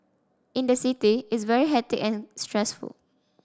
in the city it's very hectic and stressful